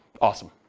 Awesome